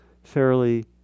fairly